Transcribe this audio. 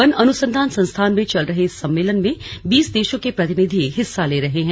one अनुसंधान संस्थान में चल रहे इस सम्मेलन में बीस देशों के प्रतिनिधि हिस्सा ले रहे हैं